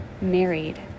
married